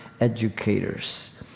educators